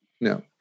no